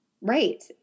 Right